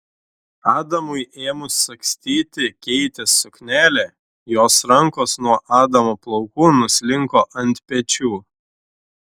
adamui ėmus sagstyti keitės suknelę jos rankos nuo adamo plaukų nuslinko ant pečių